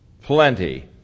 plenty